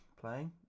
playing